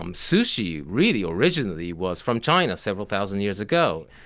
um sushi really originally was from china several thousand years ago.